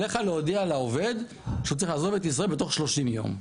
עלייך להודיע לעובד שהוא צריך לעזוב את ישראל בתוך 30 יום.